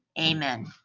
Amen